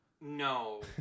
No